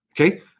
Okay